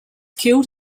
killed